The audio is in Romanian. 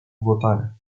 votarea